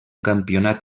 campionat